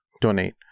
donate